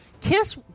KISS